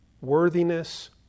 worthiness